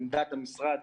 דעת המשרד